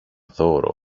δώρο